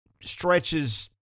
stretches